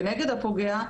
כנגד הפוגע,